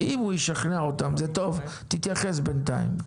הוא ישכנע אותם זה טוב, תתייחס בינתיים.